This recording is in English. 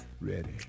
Ready